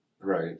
Right